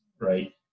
right